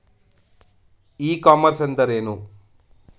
E commerce ಎಂದರೇನು?